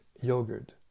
yogurt